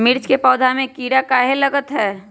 मिर्च के पौधा में किरा कहे लगतहै?